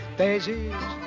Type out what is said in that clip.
daisies